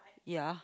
ya